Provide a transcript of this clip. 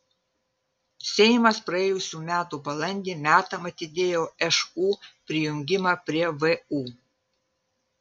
seimas praėjusių metų balandį metams atidėjo šu prijungimą prie vu